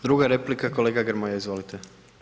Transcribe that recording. Druga replika, kolega Grmoja, izvolite.